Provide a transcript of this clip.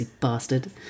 bastard